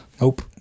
Nope